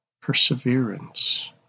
perseverance